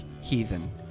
Heathen